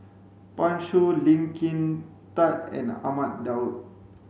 Pan Shou Lee Kin Tat and Ahmad Daud